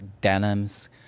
denims